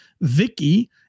vicky